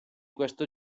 questo